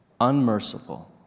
unmerciful